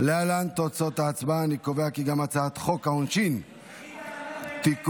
את הצעת חוק העונשין (תיקון,